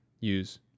use